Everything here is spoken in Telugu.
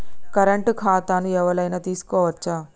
కరెంట్ ఖాతాను ఎవలైనా తీసుకోవచ్చా?